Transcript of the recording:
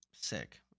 sick